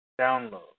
Download